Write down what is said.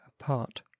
apart